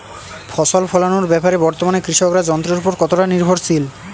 ফসল ফলানোর ব্যাপারে বর্তমানে কৃষকরা যন্ত্রের উপর কতটা নির্ভরশীল?